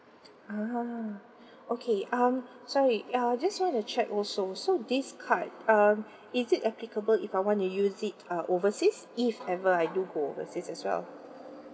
ah okay um sorry um just want to check also so this card err is it applicable if I want to use it uh overseas if ever I do go overseas as well